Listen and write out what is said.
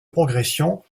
progression